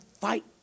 fight